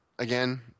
Again